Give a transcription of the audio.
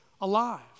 alive